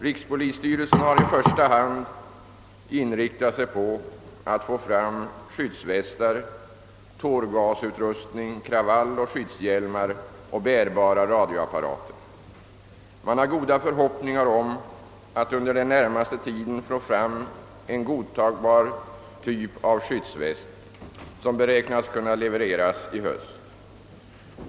Rikspolisstyrelsen har i första hand inriktat sig på att få fram skyddsvästar, tårgasutrustning, kravalloch skyddshjälmar samt bärbara radioapparater. Man har goda förhoppningar om att under den närmaste tiden få fram en godtagbar typ av skyddsväst, som beräknas kunna levereras under hösten 1967.